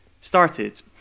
started